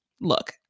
Look